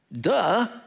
Duh